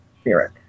spirit